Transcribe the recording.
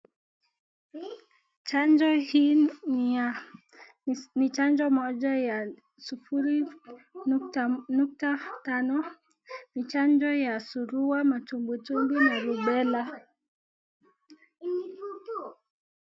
Chanjo hii ni ya, ni chanjo moja sufuri nukta tano, ni chanjo ya surua, matumbwi tumbwi na rubela.